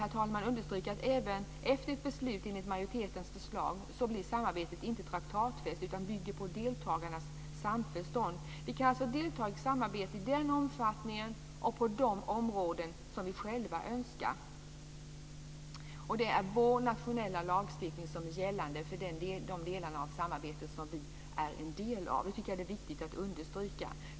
Jag vill understryka att även efter ett beslut enligt majoritetens förslag blir samarbetet inte traktatfäst, utan det bygger på deltagarnas samförstånd. Vi kan alltså delta i ett samarbete i den omfattning och på de områden som vi själva önskar. Det är Sveriges nationella lagstiftning som är gällande för de delar av samarbetet som Sverige är en del av - det tycker jag är viktigt att understryka.